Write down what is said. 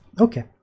okay